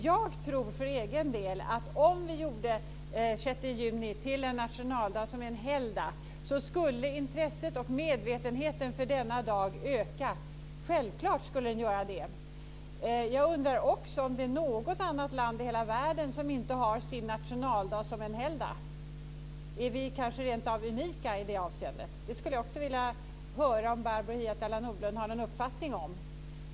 Jag tror för egen del att om vi gjorde den 6 juni till en nationaldag och en helgdag så skulle intresset för och medvetenheten om denna dag självfallet öka. Jag undrar också om det är något annat land i hela världen som inte har sin nationaldag som en helgdag. Är Sverige kanske rentav unikt i det avseendet? Det skulle jag vilja höra om Barbro Hietala Nordlund har någon uppfattning om.